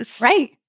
Right